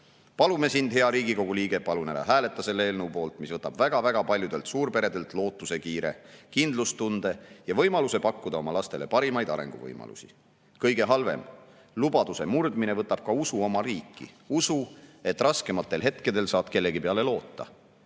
Palume sind, hea Riigikogu liige, palun ära hääleta selle eelnõu poolt, mis võtab väga-väga paljudelt suurperedelt lootusekiire, kindlustunde ja võimaluse pakkuda oma lastele parimaid arenguvõimalusi! Kõige halvem: lubaduse murdmine võtab ka usu oma riiki, usu, et raskematel hetkedel saad kellegi peale loota.